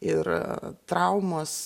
ir traumos